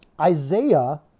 Isaiah